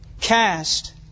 cast